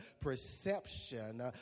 perception